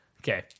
Okay